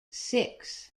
six